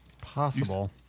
Possible